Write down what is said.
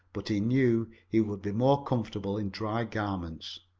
but he knew he would be more comfortable in dry garments.